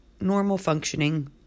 normal-functioning